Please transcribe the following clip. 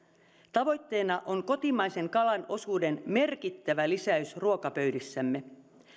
tavoitteena on kotimaisen kalan osuuden merkittävä lisäys ruokapöydissämme